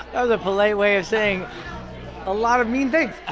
that was a polite way of saying a lot of mean things.